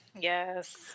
Yes